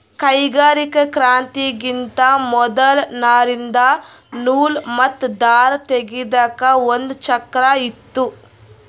ಕೈಗಾರಿಕಾ ಕ್ರಾಂತಿಗಿಂತಾ ಮೊದಲ್ ನಾರಿಂದ್ ನೂಲ್ ಮತ್ತ್ ದಾರ ತೇಗೆದಕ್ ಒಂದ್ ಚಕ್ರಾ ಇತ್ತು